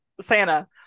Santa